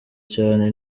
cyane